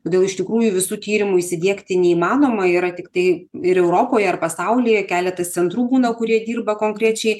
todėl iš tikrųjų visų tyrimų įsidiegti neįmanoma yra tiktai ir europoje ar pasaulyje keletas centrų būna kurie dirba konkrečiai